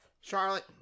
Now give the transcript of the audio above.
Charlotte